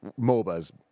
moba's